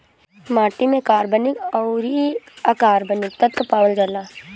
माटी में कार्बनिक अउरी अकार्बनिक तत्व पावल जाला